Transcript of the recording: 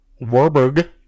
Warburg